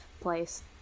place